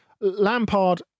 Lampard